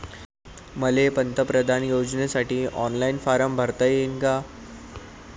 मले पंतप्रधान योजनेसाठी ऑनलाईन फारम भरता येईन का?